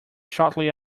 shortly